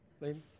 ladies